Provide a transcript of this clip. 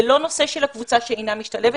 זה לא נושא של הקבוצה שאינה משתלבת.